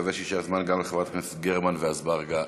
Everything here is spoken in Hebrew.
נקווה שיישאר זמן גם לחברת הכנסת גרמן ולחבר הכנסת אזברגה,